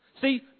See